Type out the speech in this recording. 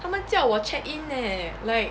他们叫我 check in leh leh like